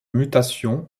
mutation